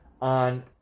on